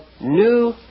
new